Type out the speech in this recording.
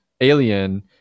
alien